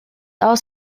aus